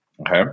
Okay